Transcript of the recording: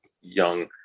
young